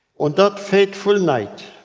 on that fateful night,